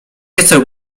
chcę